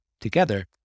Together